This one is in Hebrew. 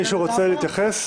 מישהו רוצה להתייחס?